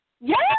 Yes